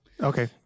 Okay